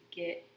get